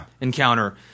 encounter